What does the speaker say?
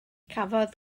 cafodd